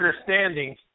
understanding